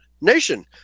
nation